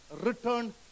returned